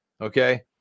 Okay